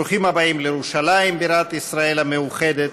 ברוכים הבאים לירושלים בירת ישראל המאוחדת.